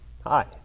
Hi